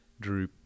drew